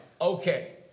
Okay